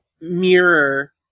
mirror